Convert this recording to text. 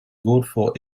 golfo